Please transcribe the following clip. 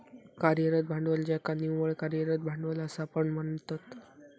कार्यरत भांडवल ज्याका निव्वळ कार्यरत भांडवल असा पण म्हणतत